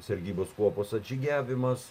sargybos kuopos atžygiavimas